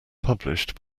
published